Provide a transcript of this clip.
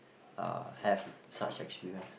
uh have such experience